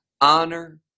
honor